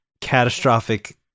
catastrophic